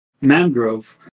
mangrove